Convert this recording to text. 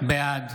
בעד